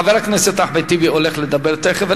חבר הכנסת אחמד טיבי הולך לדבר תיכף,